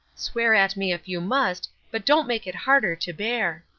swear at me if you must, but don't make it harder to bear.